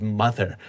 mother